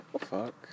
fuck